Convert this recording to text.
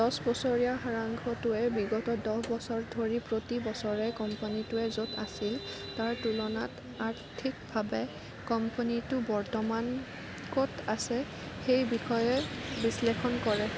দহ বছৰীয়া সাৰাংশটোৱে বিগত দহ বছৰ ধৰি প্ৰতি বছৰে কোম্পানীটোৱে য'ত আছিল তাৰ তুলনাত আৰ্থিকভাৱে কোম্পানীটো বৰ্তমান ক'ত আছে সেই বিষয়ে বিশ্লেষণ কৰে